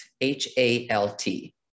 H-A-L-T